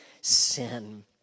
sin